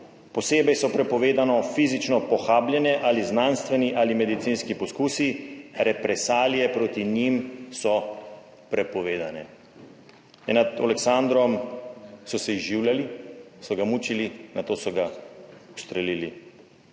Posebej so prepovedano fizično pohabljene ali znanstveni ali medicinski poskusi, represalije proti njim so prepovedane.« Zdaj, nad Oleksandrom so se izživljali, so ga mučili, nato so ga ustrelili,